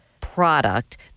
product